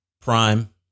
Prime